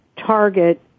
target